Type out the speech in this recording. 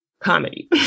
comedy